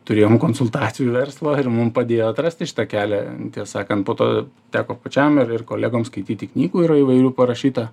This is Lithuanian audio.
turėjom konsultacijų verslo ir mum padėjo atrasti šitą kelią tiesą sakant po to teko pačiam ir ir kolegom skaityti knygų yra įvairių parašyta